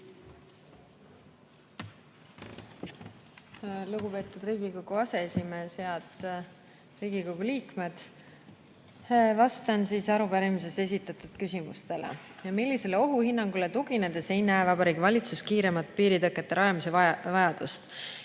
Lugupeetud Riigikogu aseesimees! Head Riigikogu liikmed! Vastan arupärimises esitatud küsimustele. Millisele ohuhinnangule tuginedes ei näe Vabariigi Valitsus kiiremat piiritõkete rajamise vajadust?